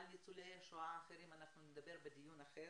על ניצולי השואה האחרים אנחנו נדבר בדיון אחר.